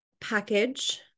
package